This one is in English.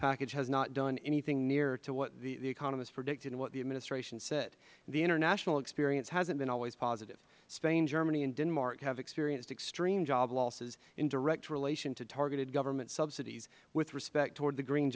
package has not done anything near to what the economists predicted and what the administration said the international experience hasn't been always positive spain germany and denmark have experienced extreme job losses in direct relation to targeted government subsidies with respect toward the green